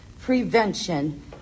prevention